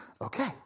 Okay